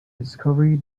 discovery